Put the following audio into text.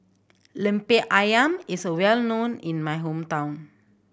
Lemper Ayam is a well known in my hometown